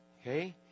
Okay